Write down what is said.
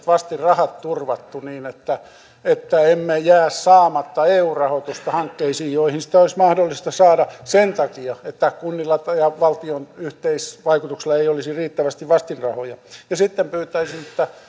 vastinrahat turvattu niin että meiltä ei jää saamatta eu rahoitusta hankkeisiin joihin sitä olisi mahdollista saada sen takia että kuntien ja valtion yhteisvaikutuksella ei olisi riittävästi vastinrahoja ja sitten pyytäisin